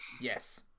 Yes